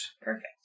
Perfect